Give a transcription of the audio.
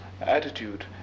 attitude